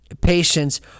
patience